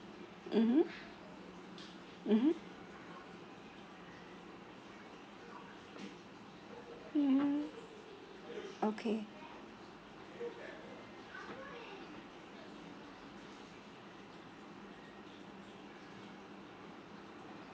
mmhmm mmhmm mmhmm okay